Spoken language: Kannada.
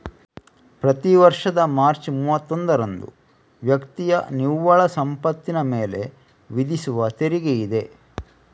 ಪ್ರತಿ ವರ್ಷದ ಮಾರ್ಚ್ ಮೂವತ್ತೊಂದರಂದು ವ್ಯಕ್ತಿಯ ನಿವ್ವಳ ಸಂಪತ್ತಿನ ಮೇಲೆ ವಿಧಿಸುವ ತೆರಿಗೆಯಿದೆ